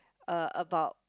uh about